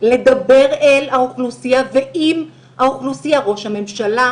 לדבר אל האוכלוסייה ועם האוכלוסייה ראש הממשלה,